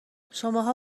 شماها